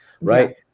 right